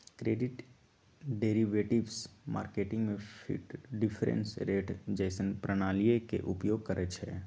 credit derivatives market में difference rate जइसन्न प्रणालीइये के उपयोग करइछिए